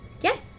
Yes